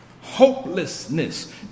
hopelessness